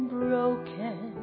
broken